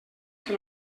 que